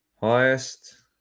highest